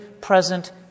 present